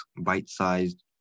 bite-sized